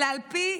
אלא על פי